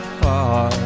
far